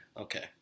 Okay